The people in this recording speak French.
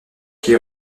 qui